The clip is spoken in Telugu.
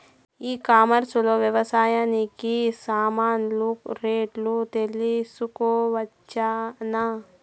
ఈ కామర్స్ లో వ్యవసాయానికి సామాన్లు రేట్లు తెలుసుకోవచ్చునా?